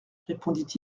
répondit